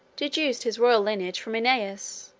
deduced his royal lineage from aeneas,